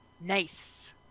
Nice